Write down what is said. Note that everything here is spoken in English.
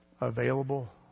available